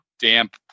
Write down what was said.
damp